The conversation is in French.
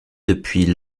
depuis